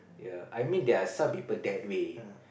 ya I mean there are some people that way